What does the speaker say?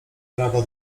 trawa